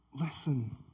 Listen